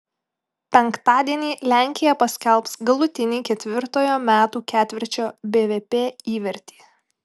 penktadienį lenkija paskelbs galutinį ketvirtojo metų ketvirčio bvp įvertį